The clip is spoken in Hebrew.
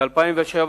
ב-2007,